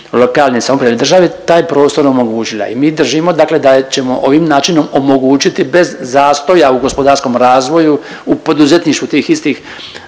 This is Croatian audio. lokalne samouprave državi taj prostor omogućila. I mi držimo da ćemo ovim načinom omogućiti bez zastoja u gospodarskom razvoju u poduzetništvu tih istih